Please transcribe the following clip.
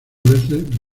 veces